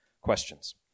questions